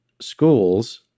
schools